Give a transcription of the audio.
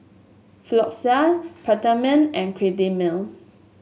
Floxia Peptamen and Cetrimide